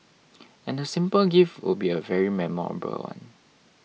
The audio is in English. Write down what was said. and the simple gift will be a very memorable one